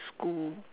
school